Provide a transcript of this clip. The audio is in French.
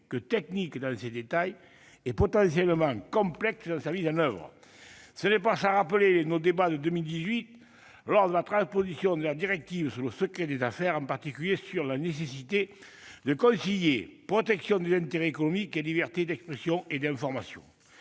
que technique dans ses détails et potentiellement complexe dans sa mise en oeuvre. Ce n'est pas sans rappeler nos débats de 2018 lors de la transposition de la directive sur le secret des affaires, en particulier sur la nécessité de concilier protection des intérêts économiques et liberté d'expression et d'information.